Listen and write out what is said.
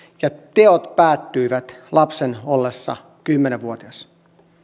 ja teot päättyivät lapsen ollessa kymmenen vuotias